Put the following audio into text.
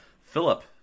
philip